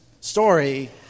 story